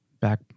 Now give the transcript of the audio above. Back